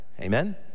Amen